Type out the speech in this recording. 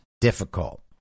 difficult